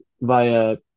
via